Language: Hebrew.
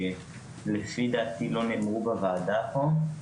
שלפי דעתי לא נאמרו בוועדה פה.